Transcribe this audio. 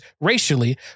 racially